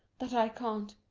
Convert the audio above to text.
that i can't.